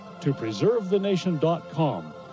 topreservethenation.com